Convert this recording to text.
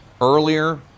earlier